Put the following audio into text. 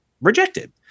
rejected